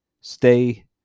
stay